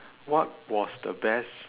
what was the best